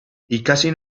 ikasi